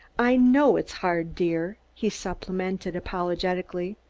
i know it's hard, dear, he supplemented apologetically,